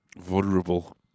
vulnerable